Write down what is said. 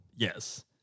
Yes